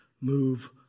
move